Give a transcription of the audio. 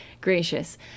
gracious